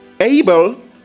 abel